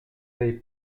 avez